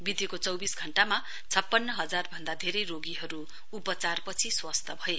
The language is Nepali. वितेको चौविस घण्टामा छप्पन्न हजार भन्दा धेरै रोगीहरु उपचारपछि स्वस्थ भए